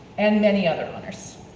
and many other honors.